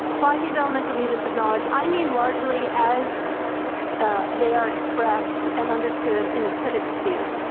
by these elemental units of knowledge, i mean largely as they are expressed and understood in a civic sphere,